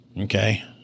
Okay